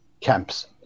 camps